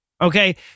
Okay